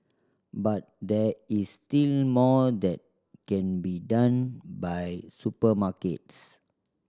but there is still more that can be done by supermarkets